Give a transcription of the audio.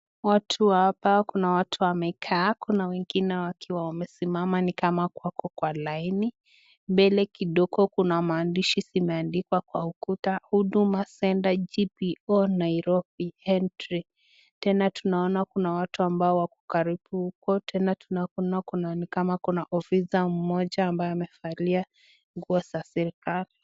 Watu hapa kuna watu wamekaa, kuna wengine wakiwa wamesimama ni kama wako kwa laini. Mbele kidogo kuna maandishi zimeandikwa kwa ukuta Huduma Center GPO Nairobi entry. Tena tunaona kuna watu ambao wako karibu huko. Tena tunakuna ni kama kuna ofisa mmoja ambaye amevalia nguo za serikali.